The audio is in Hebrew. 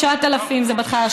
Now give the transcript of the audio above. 9,000 זה בכלל,